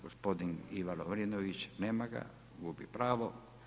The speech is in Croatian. Gospodin Ivan Lovrinović, nema ga, gubi pravo.